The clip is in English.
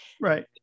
right